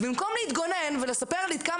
אבל אם אני גרה ברשות שלא מאריכה את זה מעבר, מה